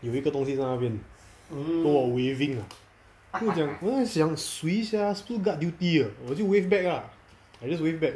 有一个东西在那边跟我 waving ah then 我想我在想谁 sia 是不是 guard duty 的我就 wave back ah I just wave back